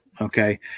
okay